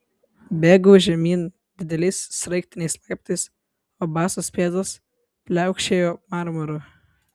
bėgau žemyn dideliais sraigtiniais laiptais o basos pėdos pliaukšėjo marmuru